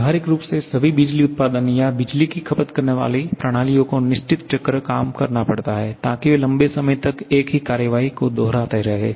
व्यावहारिक रूप से सभी बिजली उत्पादन या बिजली की खपत करने वाली प्रणालियों को निश्चित चक्र पर काम करना पड़ता है ताकि वे लंबे समय तक एक ही कार्रवाई को दोहराते रहें